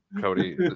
Cody